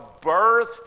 birth